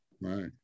right